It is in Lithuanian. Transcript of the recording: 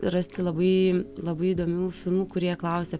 rasti labai labai įdomių filmų kurie klausia